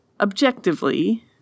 objectively